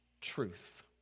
truth